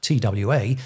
TWA